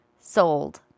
Sold